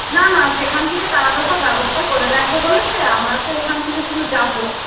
না না সেখান থেকে তারা তো সব ব্যবস্থা করে রাখবে বলেছে আমরা তো এখান থেকে শুধু যাব